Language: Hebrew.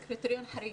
לא.